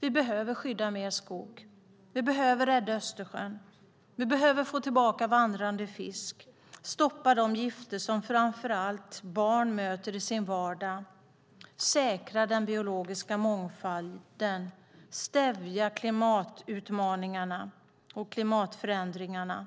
Vi behöver skydda mer skog, rädda Östersjön, få tillbaka vandrande fisk, stoppa de gifter som framför allt barn möter i sin vardag, säkra den biologiska mångfalden, stävja klimatutmaningarna och klimatförändringarna,